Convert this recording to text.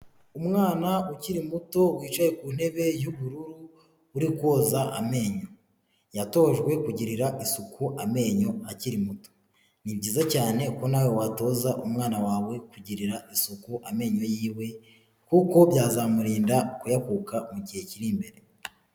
Umwana ukiri muto wicaye ku ntebe y'ubururu uri koza amenyo, yatojwe kugirira isuku amenyo akiri muto, ni byiza cyane ko nawe watoza umwana wawe kugirira isuku amenyo y'iwe kuko byazamurinda kuyakuka mu gihe kiri imbere.